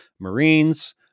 Marines